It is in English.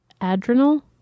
adrenal